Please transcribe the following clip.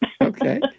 Okay